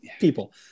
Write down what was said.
people